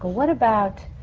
what about.